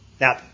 Now